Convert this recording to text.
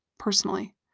Personally